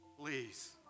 Please